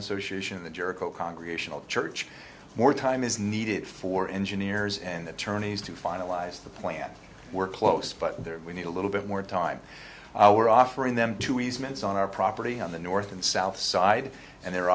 association the jericho congregational church more time is needed for engineers and attorneys to finalize the plan we're close but there we need a little bit more time we're offering them two easements on our property on the north and south side and they're